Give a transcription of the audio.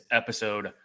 episode